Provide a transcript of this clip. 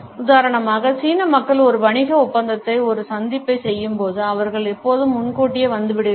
உதாரணமாக சீன மக்கள் ஒரு வணிக ஒப்பந்தத்தை ஒரு சந்திப்பைச் செய்யும்போது அவர்கள் எப்போதும் முன்கூட்டியே வந்துவிடுவார்கள்